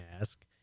ask